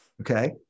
Okay